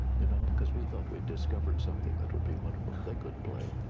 you know because we thought we'd discovered something that would be wonderful. they couldn't play